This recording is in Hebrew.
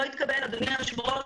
אדוני היושב ראש,